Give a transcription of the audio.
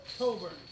October